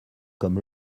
comme